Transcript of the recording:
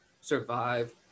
survive